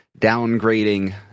downgrading